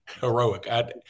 Heroic